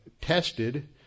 tested